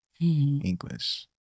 English